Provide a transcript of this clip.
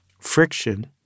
Friction